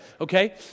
okay